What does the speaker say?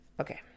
Okay